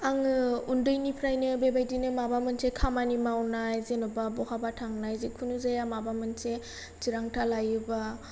आङो आन्दैनिफ्रायनो बेबायदि माबा मोनसे खामानि मावनाय एबा बहाबा थांनाय जिखुनु जाय माबा मोनसे थिरांथा लायोबा